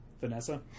Vanessa